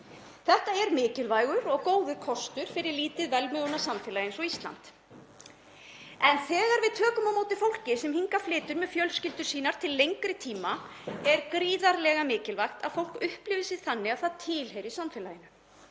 Þetta er mikilvægur og góður kostur fyrir lítið velmegunarsamfélag eins og Ísland. En þegar við tökum á móti fólki sem hingað flytur með fjölskyldur sínar til lengri tíma er gríðarlega mikilvægt að fólk upplifi sig þannig að það tilheyri samfélaginu.